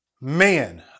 Man